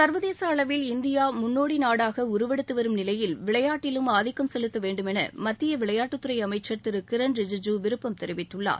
சர்வதேச அளவில் இந்தியா முன்னோடி நாடாக உருவெடுத்துவரும் நிலையில் விளையாட்டிலும் ஆதிக்கம் செலுத்த வேண்டுமென மத்திய விளையாட்டுத்துறை அமைச்சர் திரு கிரண் ரிஜிஜு விருப்பம் தெரிவித்துள்ளார்